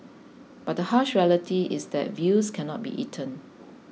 but the harsh reality is that views cannot be eaten